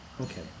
Okay